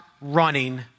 running